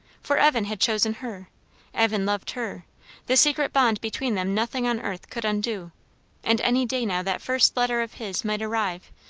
for evan had chosen her evan loved her the secret bond between them nothing on earth could undo and any day now that first letter of his might arrive,